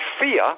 fear